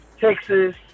Texas